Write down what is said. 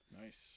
Nice